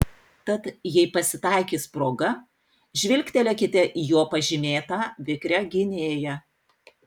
tad jei pasitaikys proga žvilgtelėkite į juo pažymėtą vikrią gynėją